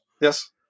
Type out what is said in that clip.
Yes